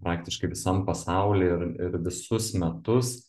praktiškai visam pasauly ir ir visus metus